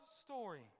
story